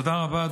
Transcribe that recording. תודה רבה.